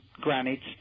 granites